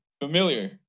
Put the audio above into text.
Familiar